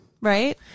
right